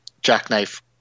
jackknife